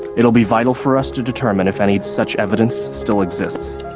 it'll be vital for us to determine if any such evidence still exists.